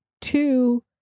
two